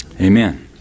Amen